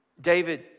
David